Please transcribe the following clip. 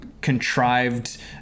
contrived